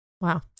Wow